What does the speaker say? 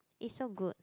is so good